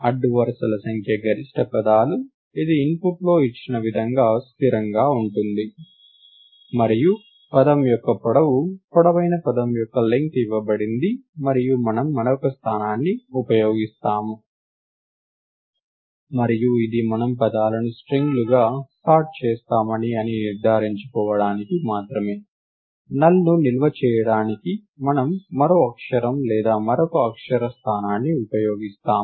అడ్డు వరుసల సంఖ్య గరిష్ట పదాలు ఇది ఇన్పుట్లో ఇచ్చిన విధంగా స్థిరంగా ఉంటుంది మరియు పదం యొక్క పొడవు పొడవైన పదం యొక్క లెంగ్త్ ఇవ్వబడింది మరియు మనము మరొక స్థానాన్ని ఉపయోగిస్తాము మరియు ఇది మనము పదాలను స్ట్రింగ్ లు గా స్టార్ట్ చేస్తామని అని నిర్ధారించుకోవడానికి మాత్రమే నల్ శూన్యతను నిల్వ చేయడానికి మనము మరో అక్షరం లేదా మరొక అక్షర స్థానాన్ని ఉపయోగిస్తాము